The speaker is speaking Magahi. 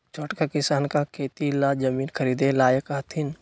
छोटका किसान का खेती ला जमीन ख़रीदे लायक हथीन?